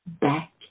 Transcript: back